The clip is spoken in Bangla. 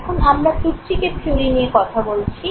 এখন আমরা প্লুটচিকের থিয়োরি নিয়ে কথা বলছি